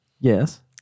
Yes